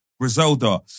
Griselda